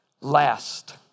Last